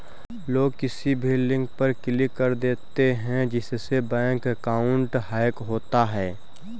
लोग किसी भी लिंक पर क्लिक कर देते है जिससे बैंक अकाउंट हैक होता है